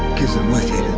because im with you